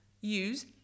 use